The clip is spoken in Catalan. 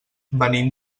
venim